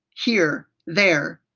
here! there.